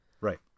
Right